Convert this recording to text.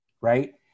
Right